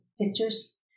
pictures